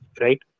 right